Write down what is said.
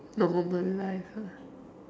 normal life ah